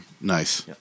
Nice